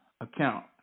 account